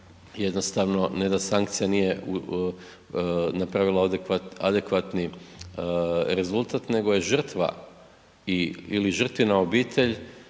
jednostavno ne da sankcija nije napravila adekvatni rezultat nego je žrtva i, ili žrtvina obitelj